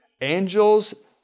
angels